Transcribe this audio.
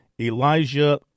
Elijah